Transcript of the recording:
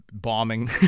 bombing